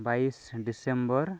ᱵᱟᱭᱤᱥ ᱰᱤᱥᱮᱢᱵᱚᱨ